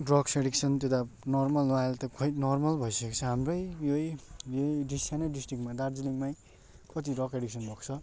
drugs addiction त्यो त अब नर्मल हो अहिले त खोइ नर्मल भइसकेछ हाम्रै यही यही डिस् सानो डिस्ट्रिक्टमा दार्जिलिङमै कति ड्रग एडिक्सन भएको छ